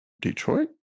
Detroit